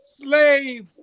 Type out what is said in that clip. Slave